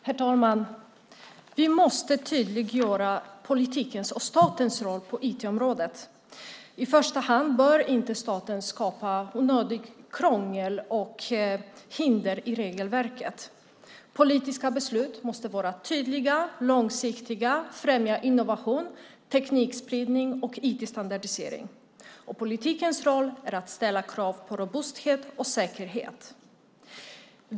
Herr talman! Vi måste tydliggöra politikens och statens roll på IT-området. I första hand bör staten inte skapa onödigt krångel och onödiga hinder i regelverket. Politiska beslut måste vara tydliga och långsiktiga och främja innovation, teknikspridning och IT-standardisering. Och politikens roll är att ställa krav på robusthet och säkerhet.